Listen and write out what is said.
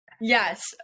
Yes